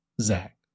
Zach